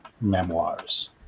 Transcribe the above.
Memoirs